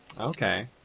okay